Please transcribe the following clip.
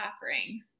offering